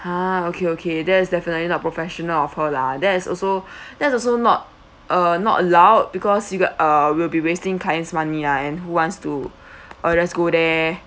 ha okay okay there's definitely not professional of her lah there's also there's also not uh not allowed because you got uh will be wasting clients' money ah and who wants to uh let's go there